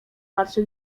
patrzy